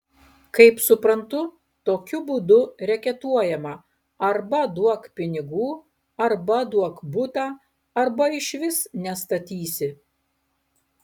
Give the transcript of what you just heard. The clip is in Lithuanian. kaip suprantu tokiu būdu reketuojama arba duok pinigų arba duok butą arba išvis nestatysi